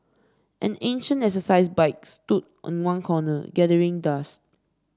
an ancient exercise bike stood in one corner gathering dust